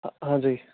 ਹਾਂਜੀ